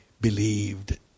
believed